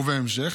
ובהמשך,